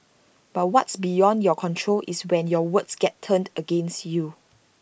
but what's beyond your control is when your words get turned against you